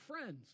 friends